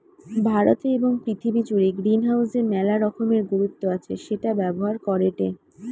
ভারতে এবং পৃথিবী জুড়ে গ্রিনহাউসের মেলা রকমের গুরুত্ব আছে সেটা ব্যবহার করেটে